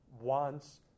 wants